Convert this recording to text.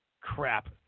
crap